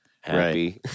happy